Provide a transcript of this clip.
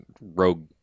Rogue